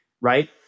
right